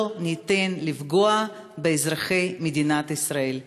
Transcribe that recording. לא ניתן לפגוע באזרחי מדינת ישראל.